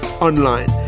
online